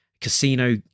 Casino